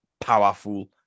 powerful